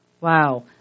Wow